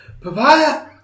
Papaya